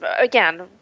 again